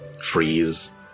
Freeze